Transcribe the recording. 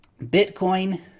Bitcoin